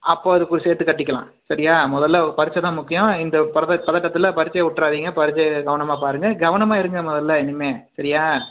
அப்போ அதுக்கூட சேர்த்து கட்டிக்கலாம் சரியாக முதல்ல பரிட்சை தான் முக்கியம் இந்த பத பதட்டத்தில் பரிட்சையவிட்றாதீங்க பரிட்சையை கவனமாக பாருங்கள் கவனமாக இருங்க முதல்ல இனிமே சரியாக